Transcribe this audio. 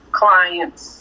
clients